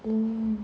mm